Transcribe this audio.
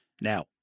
Now